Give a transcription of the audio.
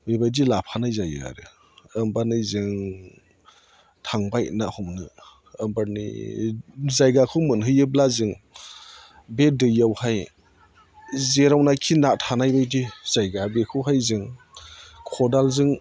बेबायदि लाफानाय जायो आरो होमबानो जों थांबाय ना हमनो जायगाखौ मोनहैयोब्ला जों बे दैआवहाय जेरावनाखि ना थानायबादि जायगा बेखौहाय जों खदालजों